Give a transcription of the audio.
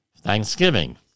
Thanksgiving